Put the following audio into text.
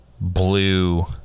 blue